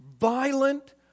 Violent